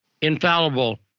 infallible